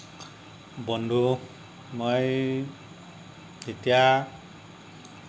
বন্ধু মই এতিয়া